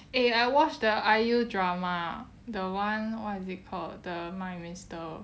eh I watch the IU drama the one what is it called the my mister